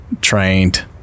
trained